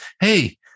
hey